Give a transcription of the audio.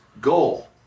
goal